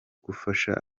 gufasha